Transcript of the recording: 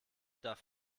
darf